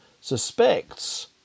suspects